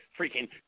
freaking